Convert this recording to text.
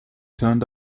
turned